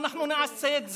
אנחנו נעשה את זה,